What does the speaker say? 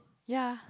ya